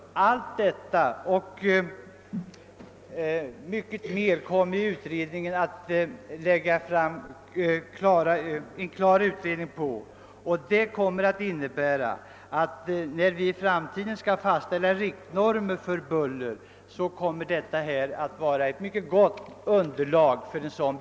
Om allt detta och mycket mer kommer utredningen att lägga fram ett klart material, som kommer att utgöra ett mycket gott underlag för det framtida arbetet med fastställande av riksnormer för buller.